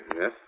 Yes